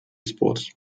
sports